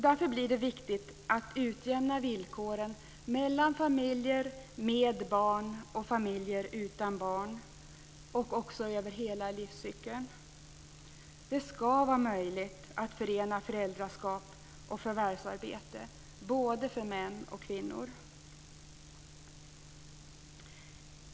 Därför blir det viktigt att utjämna villkoren mellan familjer med barn och familjer utan barn och också över hela livscykeln. Det ska vara möjligt att förena föräldraskap och förvärvsarbete för både män och kvinnor.